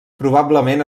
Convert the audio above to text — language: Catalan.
probablement